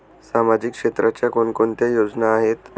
सामाजिक क्षेत्राच्या कोणकोणत्या योजना आहेत?